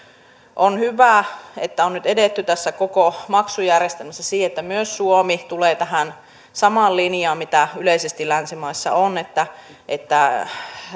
on hyvä että on nyt edetty tässä koko maksujärjestelmässä siihen että myös suomi tulee tähän samaan linjaan mitä yleisesti länsimaissa on että että